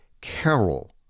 Carol